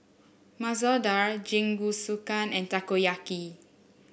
Masoor Dal Jingisukan and Takoyaki